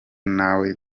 nawe